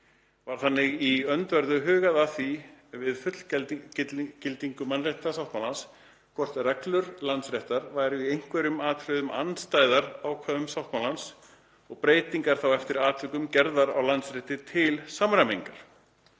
Var þannig í öndverðu hugað að því við fullgildingu mannréttindasáttmálans hvort reglur landsréttar væru í einhverjum atriðum andstæðar ákvæðum sáttmálans og breytingar þá eftir atvikum gerðar á landsrétti til samræmingar.